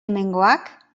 hemengoak